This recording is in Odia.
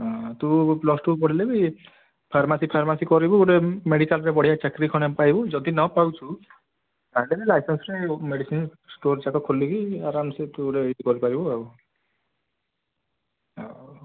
ହଁ ତୁ ପ୍ଲସ୍ ଟୁ ପଢ଼ିଲେ ବି ଫାର୍ମାସୀ ଫାର୍ମାସୀ କରିବୁ ଗୋଟେ ମେଡ଼ିକାଲ୍ରେ ବଢ଼ିଆ ଚାକିରୀ ଖଣ୍ଡେ ପାଇବୁ ଯଦି ନ ପାଉଛୁ ତାହେଲେ ଲାଇସେନ୍ସରେ ମେଡ଼ିସିନ୍ ଷ୍ଟୋର୍ ଯାକ ଖୋଲିକି ଆରାମସେ ତୁ ଗୋଟେ କରିପାରିବୁ ଆଉ ହଉ